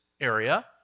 area